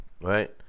right